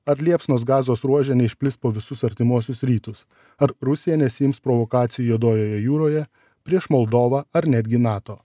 ar liepsnos gazos ruože neišplis po visus artimuosius rytus ar rusija nesiims provokacijų juodojoje jūroje prieš moldovą ar netgi nato